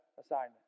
assignment